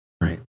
Right